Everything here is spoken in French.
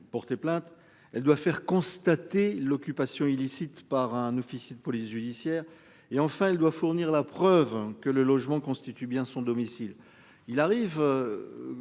porté plainte elle doit faire constater l'occupation illicite par un officier de police judiciaire et enfin elle doit fournir la preuve que le logement constitue bien son domicile. Il arrive.